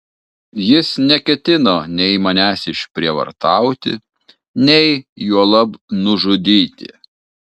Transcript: jis neketino nei manęs išprievartauti nei juolab nužudyti